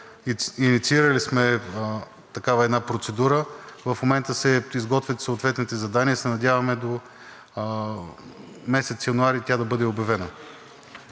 инициирали сме такава една процедура. В момента се изготвят съответните задания и се надяваме до месец януари тя да бъде обявена.